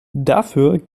dafür